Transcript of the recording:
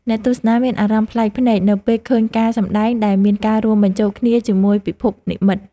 អ្នកទស្សនាមានអារម្មណ៍ប្លែកភ្នែកនៅពេលឃើញការសម្តែងដែលមានការរួមបញ្ចូលគ្នាជាមួយពិភពនិម្មិត។